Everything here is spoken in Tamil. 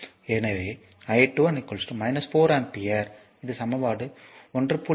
எனவே I21 4 ஆம்பியர் இது சமன்பாடு 1